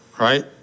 right